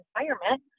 environment